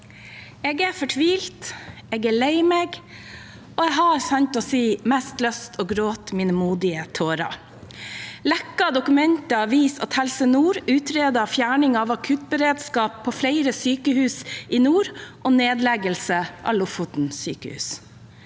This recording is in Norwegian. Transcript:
Jeg er fortvilt. Jeg er lei meg, og jeg har sant å si mest lyst til å gråte mine modige tårer. Lekkede dokumenter viser at Helse Nord utreder fjerning av akuttberedskap ved flere sykehus i nord og nedleggelse av Lofoten sykehus.